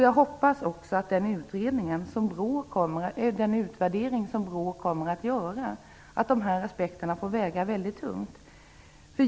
Jag hoppas också att de här aspekterna får väga mycket tungt i den utvärdering som BRÅ kommer att göra.